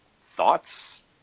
thoughts